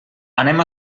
anem